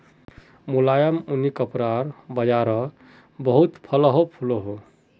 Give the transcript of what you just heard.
मुलायम ऊनि कपड़ार बाज़ार बहुत फलोहो फुलोहो